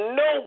no